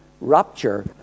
rapture